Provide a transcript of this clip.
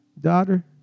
daughter